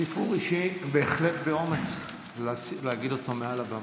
סיפור אישי, בהחלט אמיץ להגיד אותו מעל לבמה.